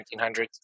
1900s